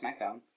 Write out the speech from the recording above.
SmackDown